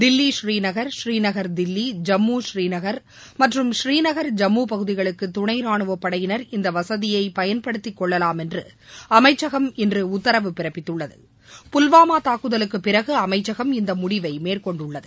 தில்வி ஸ்ரீநகர் ஸ்ரீநகர் தில்வி ஜம்மு ஸ்ரீநகர் மற்றும் ஸ்ரீநகர் ஜம்மு பகுதிகளுக்கு துணை ராணுவப்படையினர் இந்த வசதியை பயன்படுத்திக்கொள்ளலாம் என்று அமைச்சகம் இன்று உத்தரவு பிறப்பித்துள்ளது புல்வாமா தாக்குதலுக்கு பிறகு அமைச்சகம் இந்த முடிவை மேற்கொண்டுள்ளது